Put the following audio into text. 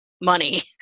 money